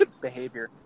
behavior